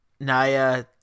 Naya